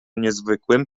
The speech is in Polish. niezwykłym